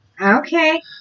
Okay